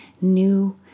new